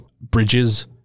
bridges